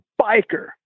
biker